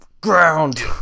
ground